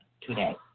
today